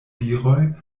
viroj